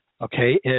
Okay